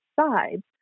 sides